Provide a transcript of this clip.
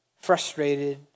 frustrated